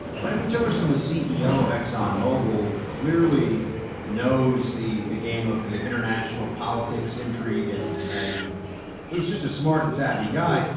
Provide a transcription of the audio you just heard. but i mean tillerson was ceo of exxon mobile, clearly knows the the game of international politics, intrigue, and and is just a smart and savvy guy.